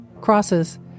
crosses